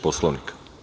Poslovnika?